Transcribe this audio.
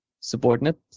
subordinate